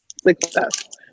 success